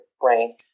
brain